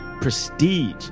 Prestige